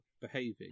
behaving